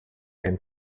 and